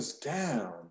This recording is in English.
down